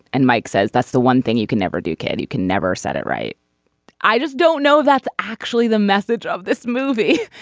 and mike says that's the one thing you can ever do care you can never set it right i just don't know that's actually the message of this movie.